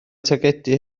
targedu